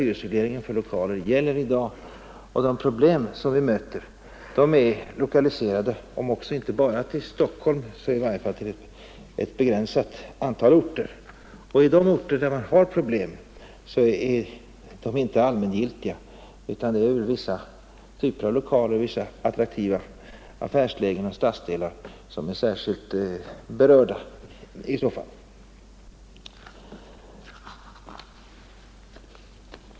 Hyresregleringen för lokaler gäller i dag på 16 orter, och de problem vi möter finns, om också inte bara i Stockholm så i varje fall på ett begränsat antal orter. Och där man har problem är dessa inte allmängiltiga. Det gäller i så fall lokaler i vissa attraktiva affärslägen och stadsdelar som är särskilt berörda.